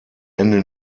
ende